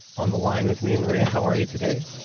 on the line with me. maria, how are you today?